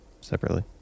separately